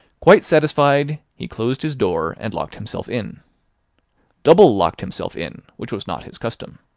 quite satisfied, he closed his door, and locked himself in double-locked himself in, which was not his custom.